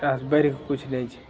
एकरासँ बढ़ि कऽ किछु नहि छै